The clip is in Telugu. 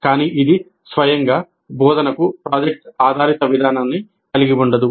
కానీ ఇది స్వయంగా బోధనకు ప్రాజెక్ట్ ఆధారిత విధానాన్ని కలిగి ఉండదు